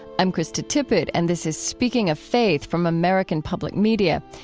i'm krista tippett and this is speaking of faithfrom american public media.